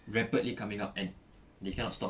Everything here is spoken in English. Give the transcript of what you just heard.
rapidly coming up and they cannot stop